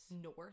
North